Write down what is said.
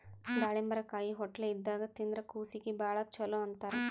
ದಾಳಿಂಬರಕಾಯಿ ಹೊಟ್ಲೆ ಇದ್ದಾಗ್ ತಿಂದ್ರ್ ಕೂಸೀಗಿ ಭಾಳ್ ಛಲೋ ಅಂತಾರ್